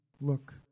Look